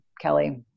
Kelly